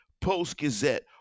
Post-Gazette